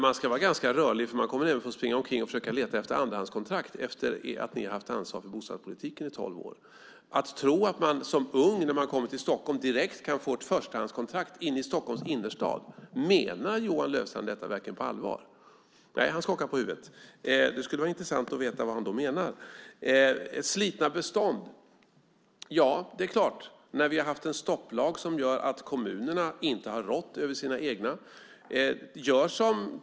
Man ska vara ganska rörlig, för man kommer även att få springa omkring och försöka leta efter andrahandskontrakt efter att ni har haft ansvar för bostadspolitiken i tolv år. Menar Johan Löfstrand verkligen på allvar att man som ung när man kommer till Stockholm direkt kan få ett förstahandskontrakt inne i Stockholms innerstad? Nej, han skakar på huvudet. Det skulle vara intressant att veta vad han då menar. Slitna bestånd? Ja, det är klart, när vi har haft en stopplag som gjort att kommunerna inte har rått över sina egna bestånd.